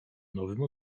nowym